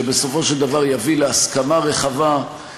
שבסופו של דבר יביא להסכמה רחבה,